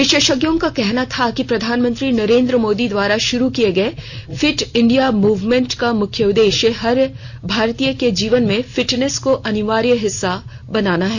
विशेषज्ञों का कहना था कि प्रधानमंत्री नरेन्द्र मोदी द्वारा शुरू किए गए फिट इंडिया मूवमेंट का मुख्य उद्देश्य हर भारतीय के जीवन में फिटनेस को अनिवार्य हिस्सा बनाना है